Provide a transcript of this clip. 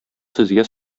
сезгә